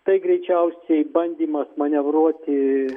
tai greičiausiai bandymas manevruoti